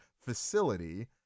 facility